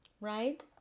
Right